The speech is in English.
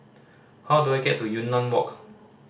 how do I get to Yunnan Walk